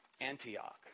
Antioch